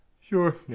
Sure